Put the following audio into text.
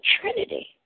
Trinity